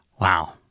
Wow